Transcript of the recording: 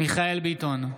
מיכאל מרדכי ביטון,